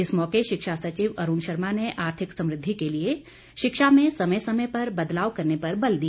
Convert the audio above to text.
इस मौके शिक्षा सचिव अरूण शर्मा ने आर्थिक समृद्धि के लिए शिक्षा में समय समय पर बदलाव करने पर बल दिया